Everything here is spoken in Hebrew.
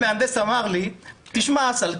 מהנדס אמר לי: תשמע אסל,